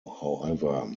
however